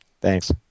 Thanks